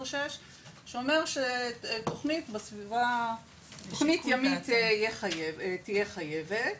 שאומר שתוכנית ימית תהיה חייבת,